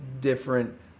different